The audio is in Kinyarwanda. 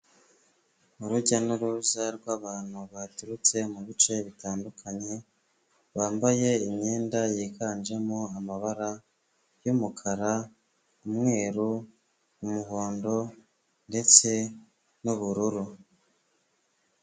Urujya n'uruza rw'abantu baturutse mu bice bitandukanye bambaye imyenda yiganjemo amabara y'umukara, umweru, umuhondo ndetse n'ubururu.